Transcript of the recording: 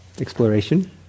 exploration